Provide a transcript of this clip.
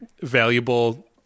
valuable